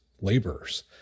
laborers